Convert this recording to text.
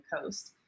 coast